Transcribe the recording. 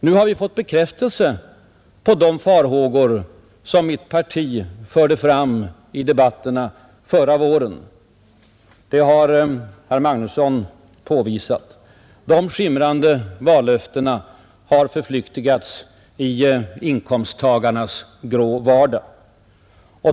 Nu har vi fått bekräftelse på de farhågor som mitt parti förde fram i debatterna förra våren — och det har herr Magnusson i Borås påvisat. De skimrande vallöftena har förflyktigats i inkomsttagarnas grå vardag.